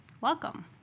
Welcome